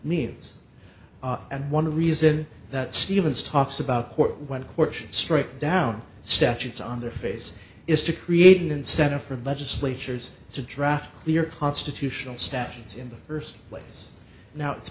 means and one reason that stevens talks about when courts should strike down statutes on their face is to create an incentive for legislatures to draft clear constitutional statutes in the st place now it's